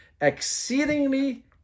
Exceedingly